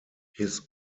his